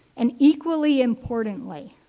and equally importantly,